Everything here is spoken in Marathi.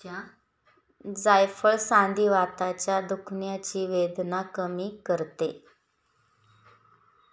जायफळ संधिवाताच्या दुखण्याची वेदना कमी करते